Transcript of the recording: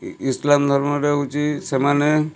ଇସ୍ଲାମ୍ ଧର୍ମରେ ହୋଉଛି ସେମାନେ